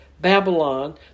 Babylon